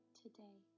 today